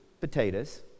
potatoes